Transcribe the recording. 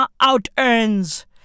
out-earns